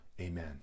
Amen